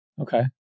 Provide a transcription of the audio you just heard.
Okay